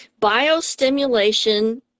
biostimulation